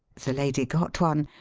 the lady got one,